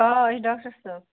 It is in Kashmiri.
آ أسۍ چھِ ڈاکٹر صٲب